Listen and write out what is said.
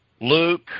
Luke